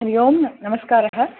हरि ओं नमस्कारः